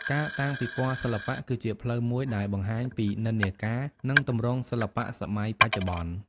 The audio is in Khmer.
ការតាំងពិពណ៌សិល្បៈគឺជាផ្លូវមួយដែលបង្ហាញពីនិន្នាការ និងទម្រង់សិល្បៈសម័យបច្ចុប្បន្ន។